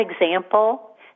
example